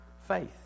faith